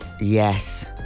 Yes